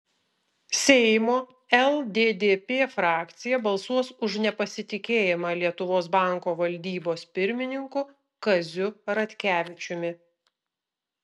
seimo lddp frakcija balsuos už nepasitikėjimą lietuvos banko valdybos pirmininku kaziu ratkevičiumi